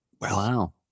wow